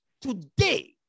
Today